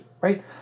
right